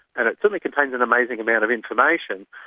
and it certainly contains an amazing amount of information,